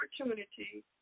opportunity